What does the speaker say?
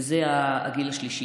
וזה הגיל השלישי.